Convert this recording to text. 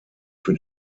für